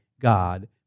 God